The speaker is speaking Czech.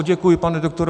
Děkuji, pane doktore.